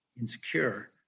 insecure